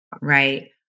Right